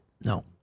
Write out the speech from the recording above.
No